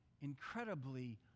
incredibly